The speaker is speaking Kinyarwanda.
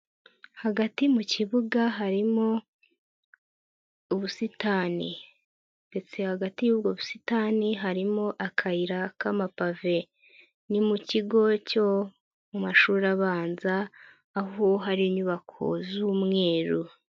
Hagati mu kibuga harimo ubusitani. Ndetse hagati y'bwo busitani harimo akayira k'amapave. Ni mu kigo cyo mu mashuri abanza, aho hari inyubako z'umweru.